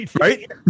Right